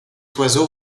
oiseau